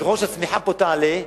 ככל שהצמיחה פה תעלה,